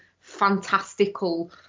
fantastical